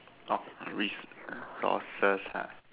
orh resources ha